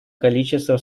количество